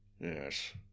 Yes